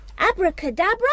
Abracadabra